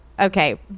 okay